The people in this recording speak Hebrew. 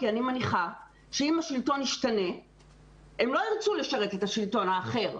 כי אני מניחה שאם השלטון ישתנה הם לא ירצו לשרת את השלטון האחר.